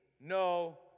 no